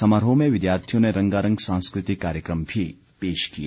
समारोह में विद्यार्थियों ने रंगारंग सांस्कृतिक कार्यक्रम भी पेश किए